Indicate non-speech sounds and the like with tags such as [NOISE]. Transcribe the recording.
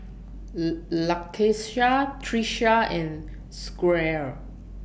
[HESITATION] Lakeisha Trisha and Squire